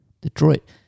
Detroit